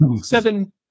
seven